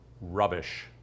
rubbish